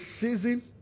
season